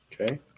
Okay